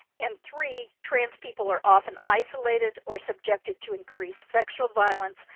and, three, trans people are often isolated or subjected to increased sexual violence,